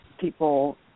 people